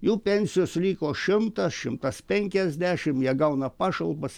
jų pensijos liko šimtas šimtas penkiasdešim jie gauna pašalpas